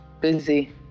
busy